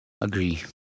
Agree